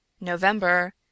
November